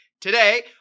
today